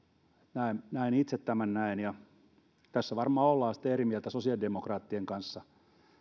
näen näen itse tämän näin ja tässä varmaan ollaan sitten eri mieltä sosiaalidemokraattien kanssa